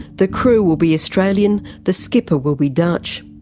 the crew will be australian the skipper will be dutch.